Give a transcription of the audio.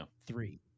three